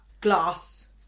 Glass